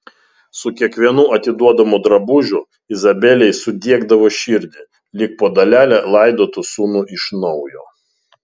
su kiekvienu atiduodamu drabužiu izabelei sudiegdavo širdį lyg po dalelę laidotų sūnų iš naujo